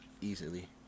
easily